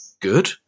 good